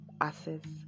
assets